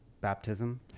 baptism